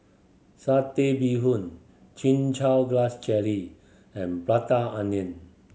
Satay Bee Hoon Chin Chow Grass Jelly and Prata Onion